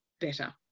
better